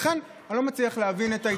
לכן אני לא מצליח להבין את ההתנהלות, אדוני.